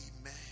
Amen